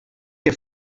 que